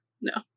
No